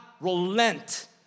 relent